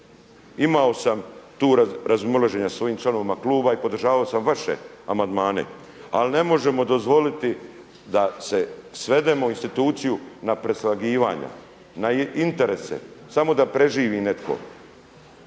Imao sam tu razmimoilaženja sa svojim članovima kluba i podržavao sam vaše amandmane, ali ne možemo dozvoliti da svedemo instituciju na preslagivanja, na interese samo da preživi netko,